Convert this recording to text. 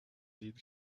its